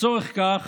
לצורך כך